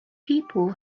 people